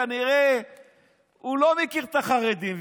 כנראה הוא לא מכיר את החרדים,